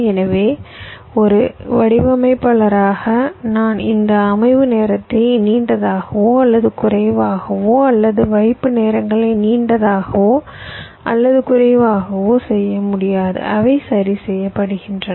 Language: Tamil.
எனவே ஒரு வடிவமைப்பாளராக நான் இந்த அமைவு நேரத்தை நீண்டதாகவோ அல்லது குறைவாகவோ அல்லது வைப்பு நேரங்களை நீண்டதாகவோ அல்லது குறைவாகவோ செய்ய முடியாது அவை சரி செய்யப்படுகின்றன